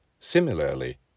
Similarly